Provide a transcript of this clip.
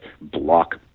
block